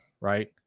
right